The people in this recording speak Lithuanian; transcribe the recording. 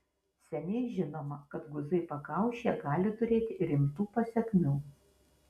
seniai žinoma kad guzai pakaušyje gali turėti rimtų pasekmių